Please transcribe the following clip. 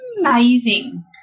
Amazing